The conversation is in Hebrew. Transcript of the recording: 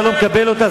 אתה לא מקבל אותה,